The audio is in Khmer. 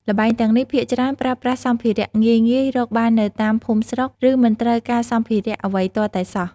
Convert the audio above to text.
ល្បែងទាំងនេះភាគច្រើនប្រើប្រាស់សម្ភារៈងាយៗ រកបាននៅតាមភូមិស្រុក ឬមិនត្រូវការសម្ភារៈអ្វីទាល់តែសោះ ។